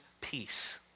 peace